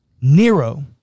Nero